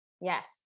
Yes